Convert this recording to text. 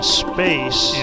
space